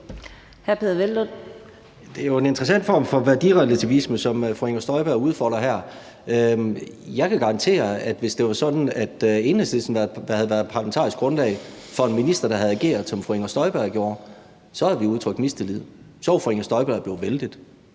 Det er jo en interessant form for værdirelativisme, som fru Inger Støjberg udfolder her. Jeg kan garantere, at hvis det var sådan, at det var Enhedslisten, der havde været parlamentarisk grundlag for en minister, der havde ageret, som fru Inger Støjberg gjorde, så havde vi udtrykt mistillid – så var ministeren blevet væltet.